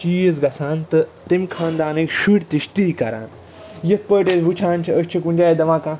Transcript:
چیٖز گژھان تہٕ تٔمۍ خانٛدانٕکۍ شُرۍ تہِ چھِ تی کران یِتھٕ پٲٹھۍ أسۍ وُچھان چھِ أسۍ چھِ کُنہِ جایہِ دَپان کانٛہہ